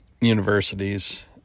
universities